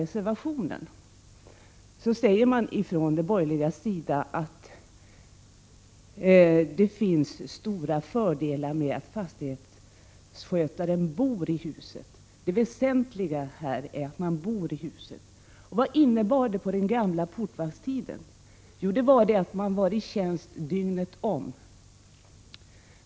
De borgerliga säger i reservationen att det finns stora fördelar med att fastighetsskötaren bor i huset. Det väsentliga är alltså att han bor i huset. Vad innebar det på den gamla portvaktstiden? Jo, det innebar att han var i tjänst dygnet om.